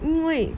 因为